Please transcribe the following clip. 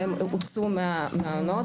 והם הוצאו מהמעונות,